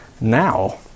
now